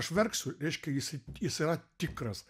aš verksiu reiškia jis jis yra tikras